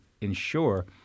ensure